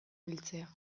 biltzea